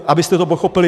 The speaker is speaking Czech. Abyste to pochopili.